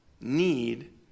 need